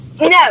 No